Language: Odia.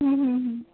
ହୁଁ ହୁଁ ହୁଁ